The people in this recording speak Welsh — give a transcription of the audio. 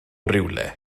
rywle